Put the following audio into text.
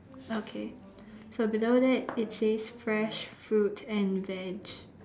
okay so below that it says fresh fruits and veg